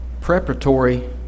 preparatory